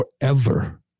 forever